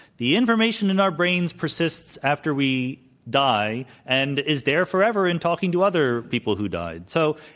the information in our brains persists after we die and is there forever and talking to other people who died. so,